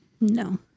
no